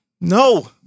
No